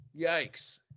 yikes